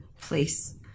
place